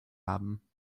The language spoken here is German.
haben